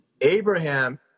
Abraham